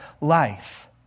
life